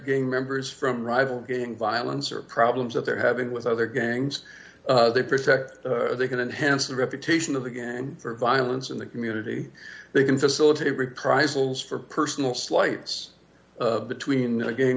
gay members from rival gang violence or problems that they're having with other gangs they protect they can enhance the reputation of the gang violence in the community they can facilitate reprisals for personal slights between a ga